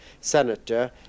senator